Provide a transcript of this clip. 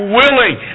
willing